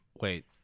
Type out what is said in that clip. Wait